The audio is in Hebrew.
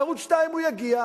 לערוץ-2 הוא יגיע.